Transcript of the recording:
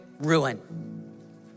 ruin